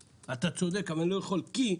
ויאמר: אתה צודק אבל אני לא יכול כי,